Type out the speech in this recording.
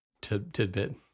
tidbit